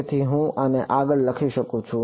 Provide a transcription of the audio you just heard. તેથી હું આને આગળ લખી શકું છું